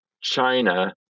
China